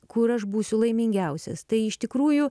kur aš būsiu laimingiausias tai iš tikrųjų